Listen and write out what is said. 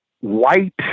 white